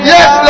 Yes